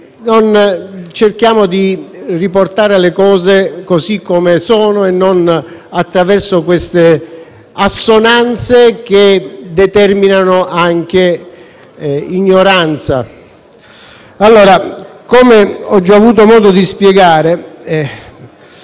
cerchiamo di riportare le cose così come sono e non attraverso assonanze che determinano anche ignoranza. Come ho già avuto modo di spiegare